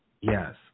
Yes